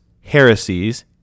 heresies